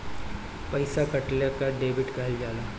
पइसा कटला के डेबिट कहल जाला